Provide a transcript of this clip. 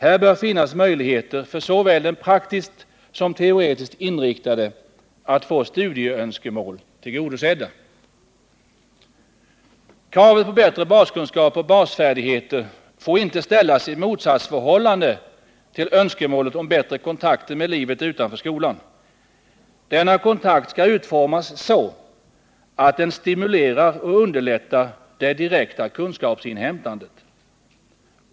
Här bör finnas möjligheter för såväl den praktiskt som den teoretiskt inriktade att få sina studieönskemål tillgodosedda. Kravet på bättre baskunskaper och basfärdigheter får inte ställas i motsatsförhållande till önskemålet om bättre kontakter med livet utanför skolan. Denna kontakt skall utformas så att den stimulerar och underlättar det direkta kunskapsinhämtandet.